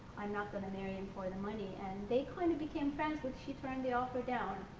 i'm not going to marry him for the money. and they kind of became friends but she turned the offer down.